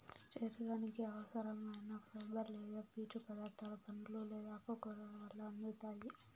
శరీరానికి అవసరం ఐన ఫైబర్ లేదా పీచు పదార్థాలు పండ్లు లేదా ఆకుకూరల వల్ల అందుతాయి